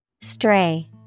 Stray